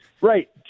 right